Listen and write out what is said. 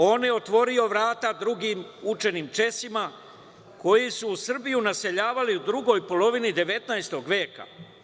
On je otvorio vrata drugim učenim Česima koji su Srbiju naseljavali u drugoj polovini 19. veka.